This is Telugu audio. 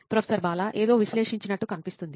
ప్రొఫెసర్ బాలా ఏదో విశ్లేషించినట్లు కనిపిస్తోంది